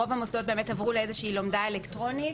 רוב המוסדות עברו ללומדה אלקטרונית.